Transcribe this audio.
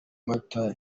mata